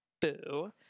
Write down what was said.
boo